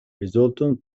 rezulton